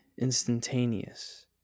instantaneous